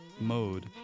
mode